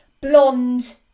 blonde